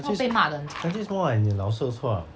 actually actually it's more like 你老师是错 liao